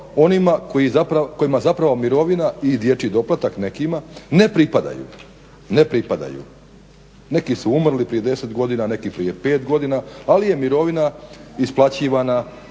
onima kojima zapravo mirovine i dječji doplatak nekima ne pripadaju? Neki su umrli prije 10 godina neki prije 5 godina ali je mirovina isplaćivana